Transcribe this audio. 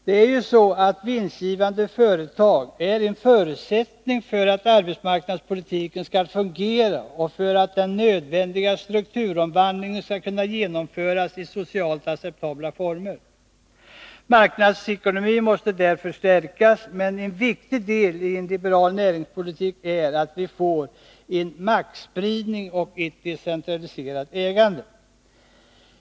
Det är ju så att vinstgivande företag är en förutsättning för att arbetsmarknadspolitiken skall fungera och för att den nödvändiga strukturomvandlingen skall kunna genomföras i socialt acceptabla former. Marknadsekonomin måste därför stärkas, men en viktig del i en liberal näringspolitik är att vi får en maktspridning och ett decentraliserat ägande.